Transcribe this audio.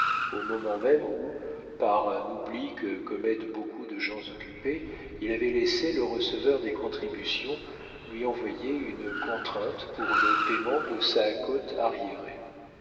au moment même où par un oubli que commettent beaucoup de gens occupés il avait laissé le receveur des contributions lui envoyer une contrainte pour le payement de sa